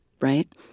right